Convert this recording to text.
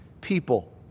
people